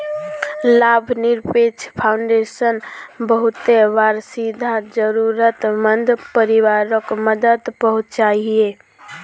लाभ निरपेक्ष फाउंडेशन बहुते बार सीधा ज़रुरत मंद परिवारोक मदद पहुन्चाहिये